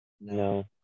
No